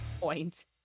Point